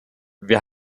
wir